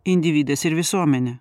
individas ir visuomenė